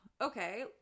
okay